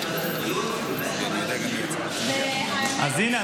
אז הינה,